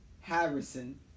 Harrison